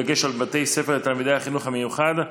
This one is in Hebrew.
בדגש על בתי ספר לתלמידי החינוך המיוחד,